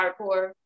hardcore